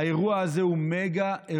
האירוע הזה הוא מגה-אירוע.